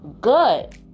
good